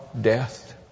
death